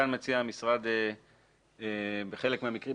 כאן מציע המשרד בחלק מהמקרים,